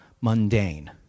mundane